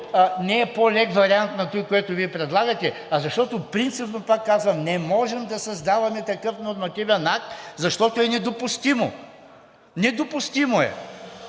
не е по-лек вариант на това, което Вие предлагате, а защото принципно, пак казвам: не можем да създаваме такъв нормативен акт, защото е недопустимо. Недопустимо е.